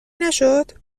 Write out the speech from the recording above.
نشد